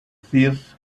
thief